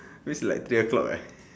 means like three O clock uh